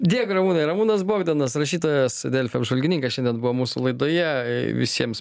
dėkui ramūnai ramūnas bogdanas rašytojas delfi apžvalgininkas šiandien buvo mūsų laidoje visiems